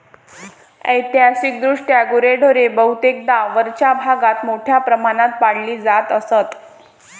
ऐतिहासिकदृष्ट्या गुरेढोरे बहुतेकदा वरच्या भागात मोठ्या प्रमाणावर पाळली जात असत